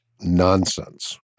nonsense